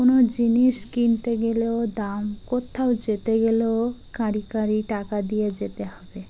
কোনো জিনিস কিনতে গেলেও দাম কোথাও যেতে গেলেও কাঁড়ি কাঁড়ি টাকা দিয়ে যেতে হবে